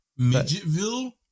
Midgetville